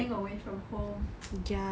being away from home